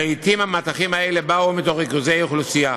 לעתים המטחים האלה באו מתוך ריכוזי אוכלוסייה.